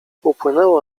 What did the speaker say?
upłynęło